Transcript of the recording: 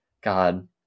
God